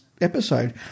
episode